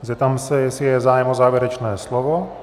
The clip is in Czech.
Zeptám se, jestli je zájem o závěrečné slovo.